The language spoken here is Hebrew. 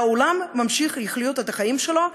והעולם ממשיך לחיות את החיים שלו,